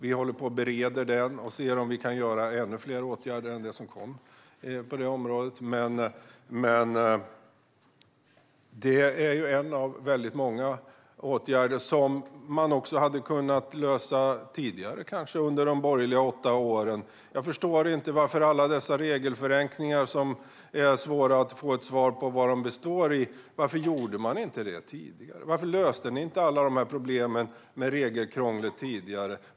Vi håller på att bereda den och ser på om vi kan vidta ännu fler åtgärder. Utredningen är en av många åtgärder som man hade kunnat göra tidigare, kanske under de åtta borgerliga åren. Jag förstår inte varför inte alla dessa regelförenklingar, som är svåra att få svar på vari de skulle bestå, gjordes tidigare. Varför löste ni inte alla problemen med regelkrånglet tidigare?